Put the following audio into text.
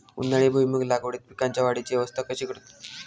उन्हाळी भुईमूग लागवडीत पीकांच्या वाढीची अवस्था कशी करतत?